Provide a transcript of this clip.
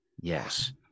Yes